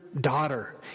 daughter